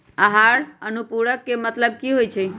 आहार अनुपूरक के मतलब की होइ छई?